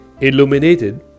illuminated